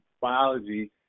biology